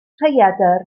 rhaeadr